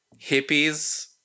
hippies